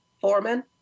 Foreman